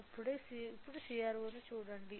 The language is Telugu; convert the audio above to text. ఇప్పుడే CRO ని చూడండి